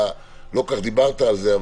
לא כל כך דיברת על זה,